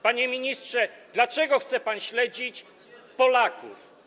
Panie ministrze, dlaczego chce pan śledzić Polaków?